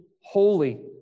holy